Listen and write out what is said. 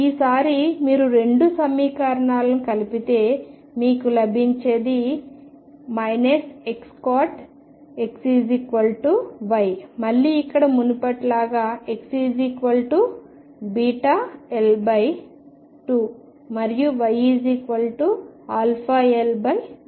ఈసారి మీరు రెండు సమీకరణాలను కలిపితే మీకు లభించేది Xcot X Y మళ్లీ ఇక్కడ మునుపటిలాగా XβL2 మరియు YαL2